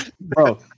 bro